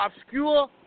obscure